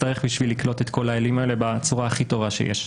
יצטרך בשביל לקלוט את כל העולים האלה בצורה הכי טובה שיש.